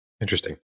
Interesting